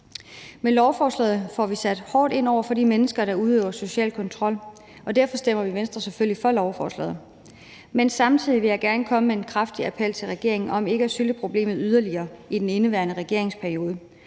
Med lovforslaget får vi sat hårdt ind over for de mennesker, der udøver social kontrol, og derfor stemmer vi i Venstre selvfølgelig for lovforslaget, men samtidig vil jeg gerne komme med en kraftig appel til regeringen om ikke at sylte problemet yderligere i den indeværende regeringsperiode.